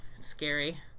Scary